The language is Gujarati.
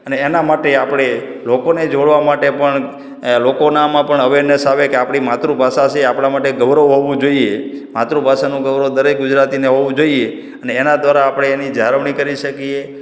અને એના માટે આપણે લોકોને જોડવા માટે પણ લોકોનામાં પણ અવેરનેસ આવે કે આપણી માતૃભાષા છે આપણાં માટે ગૌરવ હોવું જોઈએ માતૃભાષાનું ગૌરવ દરેક ગુજરાતીને હોવું જોઈએ અને એના દ્વારા આપણે એની જાળવણી કરી શકીએ